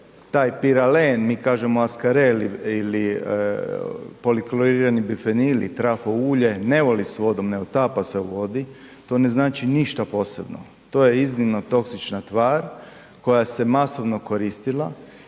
taj piralen, mi kažemo askarel ili poliklorirani bifenili i trafo ulje, ne voli s vodom, ne otapa se u vodi, to ne znači ništa posebno, to je iznimno toksična tvar koja se masivno koristila